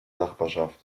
nachbarschaft